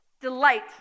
delight